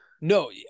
No